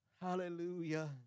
Hallelujah